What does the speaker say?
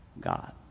God